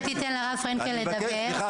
אולי תיתן לרב פרנקל לדבר.